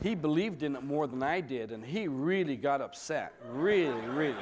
he believed in more than i did and he really got upset really real